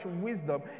wisdom